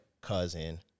cousin